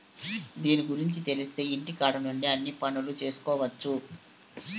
దీని గురుంచి తెలిత్తే ఇంటికాడ నుండే అన్ని పనులు చేసుకొవచ్చు